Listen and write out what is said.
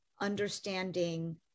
understanding